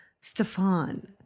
Stefan